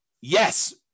Yes